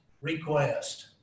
request